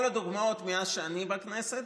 כל הדוגמאות מאז שאני בכנסת,